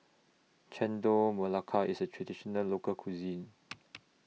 Chendol Melaka IS A Traditional Local Cuisine